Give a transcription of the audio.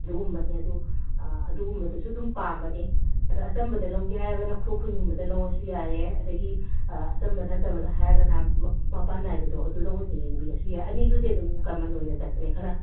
ꯑꯗꯨꯒꯨꯝꯕꯅꯦ ꯑꯗꯨ ꯑꯗꯨꯒꯨꯝꯕꯗꯨꯁꯨ ꯑꯗꯨꯝ ꯄꯥꯝꯕꯅꯤ ꯑꯗ ꯑꯆꯝꯕꯗ ꯂꯧꯒꯦ ꯍꯥꯏꯔꯒꯅ ꯈꯨꯔꯈꯨꯜꯒꯨꯝꯕꯗ ꯂꯧꯔꯁꯨ ꯌꯥꯔꯦ ꯑꯗꯒꯤ ꯑꯆꯝꯕ ꯅꯠꯇꯕꯗ ꯍꯥꯏꯔꯒꯅ ꯃꯄꯥꯟ ꯅꯥꯏꯕꯗꯣ ꯑꯗꯨꯗ ꯑꯣꯏꯅ ꯌꯦꯡꯕꯤꯔꯁꯨ ꯌꯥꯏ ꯑꯅꯤꯗꯨꯗꯤ ꯑꯗꯨꯝ ꯀꯃꯟ ꯑꯣꯏꯅ ꯆꯠꯄꯅꯦ ꯈꯔ